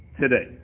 today